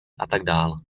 atd